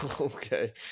Okay